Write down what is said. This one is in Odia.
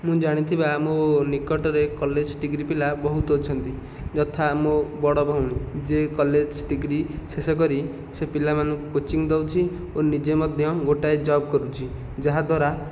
ମୁଁ ଜାଣିଥିବା ଆମ ନିକଟରେ କଲେଜ ଡିଗ୍ରୀ ପିଲା ବହୁତ ଅଛନ୍ତି ଯଥା ମୋ ବଡ଼ ଭଉଣୀ ଯିଏ କଲେଜ ଡିଗ୍ରୀ ଶେଷ କରି ସେ ପିଲାମାନଙ୍କୁ କୋଚିଂ ଦେଉଛି ଓ ନିଜେ ମଧ୍ୟ ଗୋଟାଏ ଜବ କରୁଛି ଯାହା ଦ୍ଵାରା